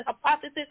hypothesis